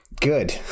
good